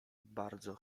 bardzo